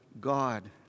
God